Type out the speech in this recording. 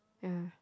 ya